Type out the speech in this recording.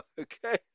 Okay